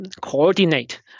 coordinate